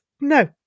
No